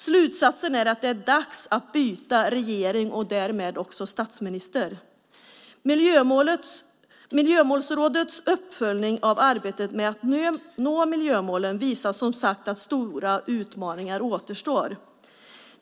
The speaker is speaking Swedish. Slutsatsen blir att det är dags att byta regering och därmed också statsminister. Miljömålsrådets uppföljning av arbetet med att nå miljömålen visar som sagt att stora utmaningar återstår.